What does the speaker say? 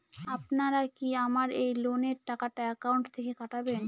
আপনারা কি আমার এই লোনের টাকাটা একাউন্ট থেকে কাটবেন?